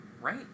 Right